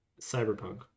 Cyberpunk